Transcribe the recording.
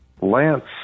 Lance